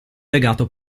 legato